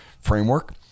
framework